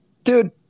dude